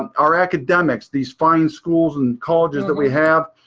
um our academics, these fine schools and colleges that we have.